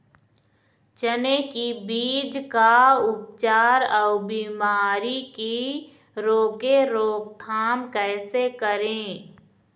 चने की बीज का उपचार अउ बीमारी की रोके रोकथाम कैसे करें?